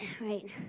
right